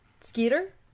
Skeeter